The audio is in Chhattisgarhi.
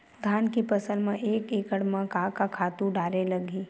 धान के फसल म एक एकड़ म का का खातु डारेल लगही?